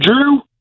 Drew